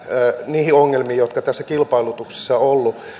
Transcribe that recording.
niihin ongelmiin joita tässä kilpailutuksessa on ollut